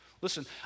Listen